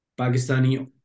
Pakistani